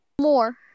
more